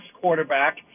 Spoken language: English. quarterback